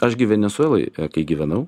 aš gi venesueloj kai gyvenau